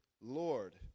Lord